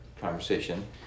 conversation